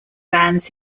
bands